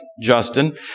Justin